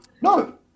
No